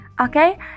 Okay